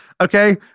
Okay